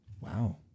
wow